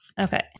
Okay